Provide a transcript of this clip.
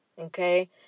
Okay